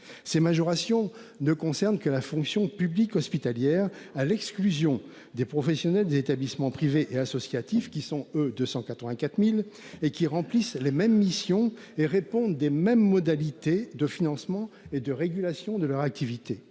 Ces majorations ne concernent que la fonction publique hospitalière, à l'exclusion des professionnels des établissements privés et associatifs, qui sont au nombre de 284 000, alors qu'ils remplissent les mêmes missions et répondent des mêmes modalités de financement et de régulation de leurs activités.